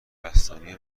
بستنی